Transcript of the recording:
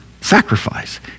sacrifice